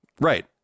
Right